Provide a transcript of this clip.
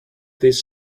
these